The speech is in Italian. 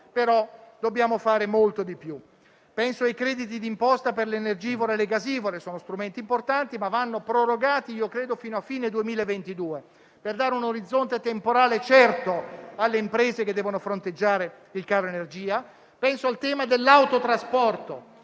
ma dobbiamo fare molto di più. Penso ai crediti di imposta per le imprese energivore e gasivore: sono strumenti importanti, ma vanno prorogati fino a fine 2022, per dare un orizzonte temporale certo alle imprese che devono fronteggiare il caro energia. Penso al tema dell'autotrasporto,